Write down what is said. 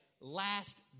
last